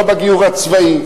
לא בגיור הצבאי,